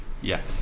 yes